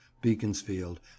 beaconsfield